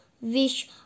wish